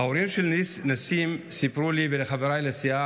ההורים של נסים סיפרו לי ולחבריי לסיעה